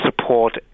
support